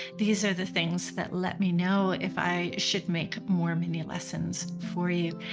these are the things that let me know if i should make more mini lessons for you.